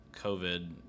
COVID